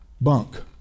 bunk